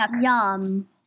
Yum